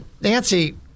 Nancy